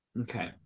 Okay